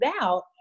out